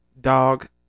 Dog